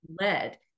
led